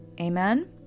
Amen